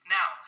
Now